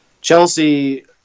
Chelsea